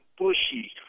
bushy